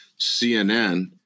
CNN